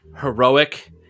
heroic